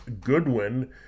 Goodwin